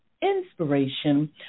inspiration